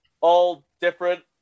all-different